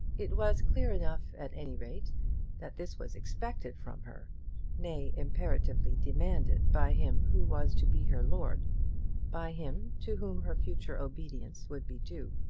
it was clear enough at any rate that this was expected from her nay, imperatively demanded by him who was to be her lord by him to whom her future obedience would be due.